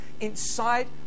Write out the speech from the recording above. inside